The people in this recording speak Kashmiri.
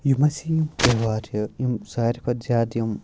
یِم اَسا یِم تہیوار چھِ یِم ساروے کھۄتہٕ زیادٕ یِم